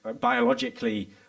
biologically